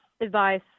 advice